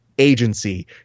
Agency